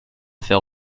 faire